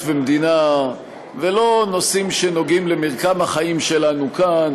ומדינה ולא נושאים שנוגעים במרקם החיים שלנו כאן.